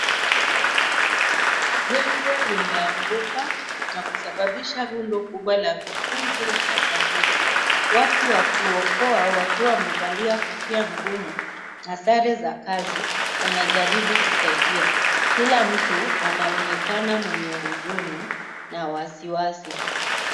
Jengo limeanguka na kusababisha rundo kubwa la vifuzi vya saruji ,watu wa kuokoa wakiwa wamevalia kofia ngumu na sare za kazi wanajaribu kusaidia , kila mtu anaonekana mwenye huzuni na wasiwasi.